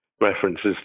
references